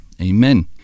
amen